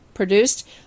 produced